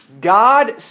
God